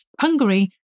Hungary